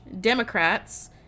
Democrats